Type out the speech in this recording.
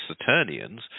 Saturnians